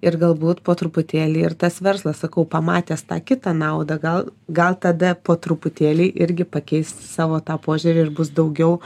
ir galbūt po truputėlį ir tas verslas sakau pamatęs tą kitą naudą gal gal tada po truputėlį irgi pakeis savo tą požiūrį ir bus daugiau